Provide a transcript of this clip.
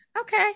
Okay